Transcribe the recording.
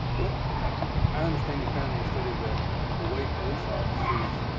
but i understand you found in your study that the way police officers,